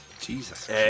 Jesus